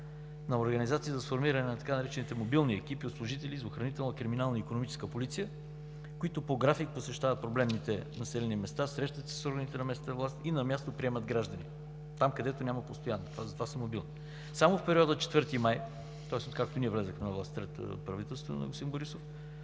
организация за сформиране на така наречените „мобилни екипи“ от служители за охранителна, криминална и икономическа полиция, които по график посещават проблемните населени места, срещат се с органите на местна власт и на място приемат граждани там, където няма постоянни. Те затова са мобилни. Само в периода 4 май, тоест откакто ние влязохме на власт, правителството на господин Борисов,